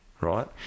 right